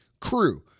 crew